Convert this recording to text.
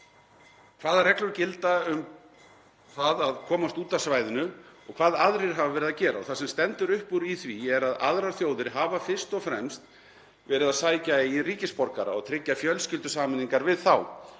hvaða reglur gilda um það að komast út af svæðinu og hvað aðrir hafa verið að gera. Það sem stendur upp úr í því er að aðrar þjóðir hafa fyrst og fremst verið að sækja eigin ríkisborgara og tryggja fjölskyldusameiningar við þá.